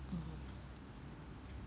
mmhmm